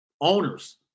owners